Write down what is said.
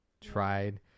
tried